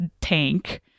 tank